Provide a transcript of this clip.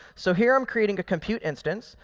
so here i'm creating a compute instance,